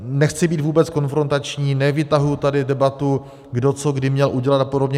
Nechci být vůbec konfrontační, nevytahuji tady debatu, kdo co a kdy měl udělat a podobně.